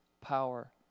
power